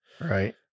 Right